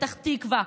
בפתח תקווה,